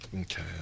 Okay